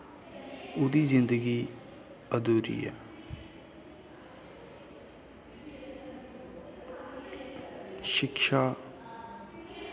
ओह्दी जिन्दगी आधूरी ऐ शिक्षा